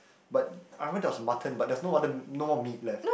but I remember there was a mutton but there was no other m~ no more meat left